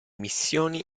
missioni